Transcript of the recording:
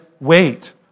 wait